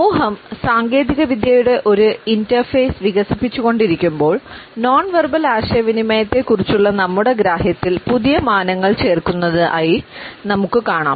സമൂഹം സാങ്കേതികവിദ്യയുടെ ഒരു ഇന്റർഫേസ് വികസിപ്പിച്ചുകൊണ്ടിരിക്കുമ്പോൾ നോൺ വെർബൽ ആശയവിനിമയത്തെക്കുറിച്ചുള്ള നമ്മുടെ ഗ്രാഹ്യത്തിൽ പുതിയ മാനങ്ങൾ ചേർക്കുന്നതായി നമുക്ക് കാണാം